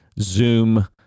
Zoom